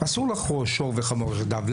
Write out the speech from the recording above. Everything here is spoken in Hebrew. אסור לחרוש שור וחמור יחדיו.